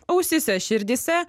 ausyse širdyse